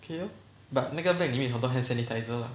okay lor but 那个 bag 里面有很多 hand sanitiser lah